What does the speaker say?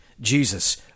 Jesus